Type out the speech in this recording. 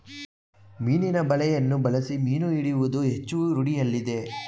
ಮೀನಿನ ಬಲೆಯನ್ನು ಬಳಸಿ ಮೀನು ಹಿಡಿಯುವುದು ಹೆಚ್ಚು ರೂಢಿಯಲ್ಲಿದೆ